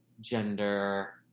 gender